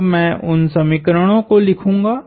तो मैं उन समीकरणों को लिखूंगा